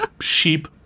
sheep